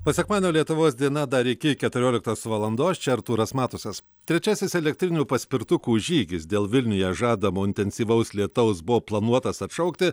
po sekmadienio lietuvos diena dar iki keturioliktos valandos čia artūras matusas trečiasis elektrinių paspirtukų žygis dėl vilniuje žadamo intensyvaus lietaus buvo planuotas atšaukti